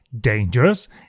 dangerous